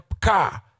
car